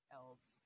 else